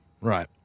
Right